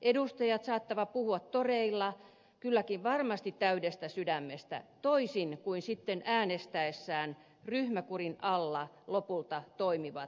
edustajat saattavat puhua toreilla kylläkin varmasti täydestä sydämestä toisin kuin sitten äänestäessään ryhmäkurin alla lopulta toimivat